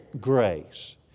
grace